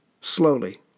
slowly